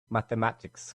mathematics